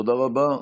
תודה רבה.